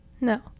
No